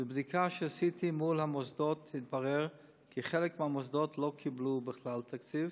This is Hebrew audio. בבדיקה שעשיתי מול המוסדות התברר כי חלק מהמוסדות לא קיבלו בכלל תקציב